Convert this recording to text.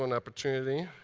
and opportunity.